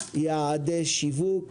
יעדי שיווק